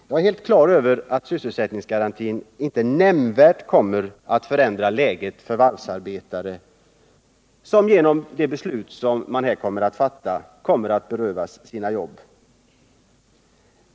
Jag är helt på det klara med att sysselsättningsgarantin inte nämnvärt kommer att förbättra läget för varvsarbetarna, som genom det beslut som riksdagen kommer att fatta berövas sina jobb.